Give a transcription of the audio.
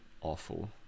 awful